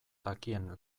dakien